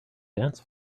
dance